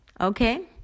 Okay